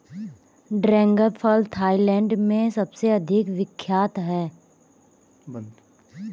dragon फल Thailand में सबसे अधिक विख्यात है